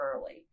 early